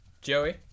Joey